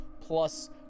plus